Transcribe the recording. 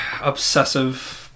obsessive